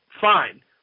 fine